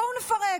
בואו נפרק.